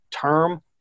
term